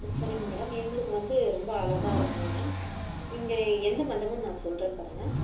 சரிங்க மேடம் எங்களுக்கு வந்து ரொம்ப அழகாக இருக்கணும் மேம் இங்கே எந்த மண்டபம்னு நான் சொல்கிறேன் பாருங்கள்